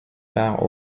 par